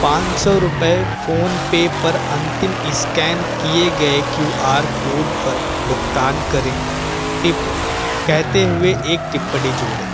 पाँच सौ रुपये फ़ोनपे पर अंतिम इस्कैन किए गए क्यू आर कोड पर भुगतान करें टिप कहते हुए एक टिप्पणी जोड़ें